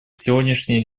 сегодняшней